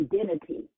identity